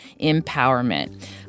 Empowerment